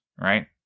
right